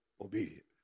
obedient